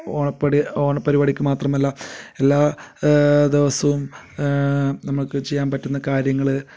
ഓണപ്പടി ഓണപ്പരിപാടിക്ക് മാത്രമല്ല എല്ലാ ദിവസവും നമുക്ക് ചെയ്യാൻ പറ്റുന്ന കാര്യങ്ങൾ